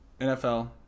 NFL